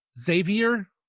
Xavier